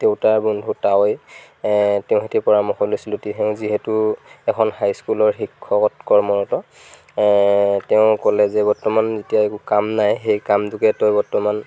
দেউতাৰ বন্ধু তাৱৈ তেওঁৰ সৈতে পৰামৰ্শ লৈছিলোঁ তেওঁ যিহেতু এখন হাইস্কুলৰ শিক্ষকত কৰ্মৰত তেওঁ ক'লে যে বৰ্তমান এতিয়া একো কাম নাই সেই কামটোকে তই বৰ্তমান